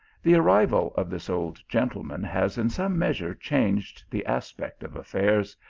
the arrival of this old gentleman has in some measure changed the aspect of affairs,